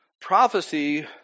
Prophecy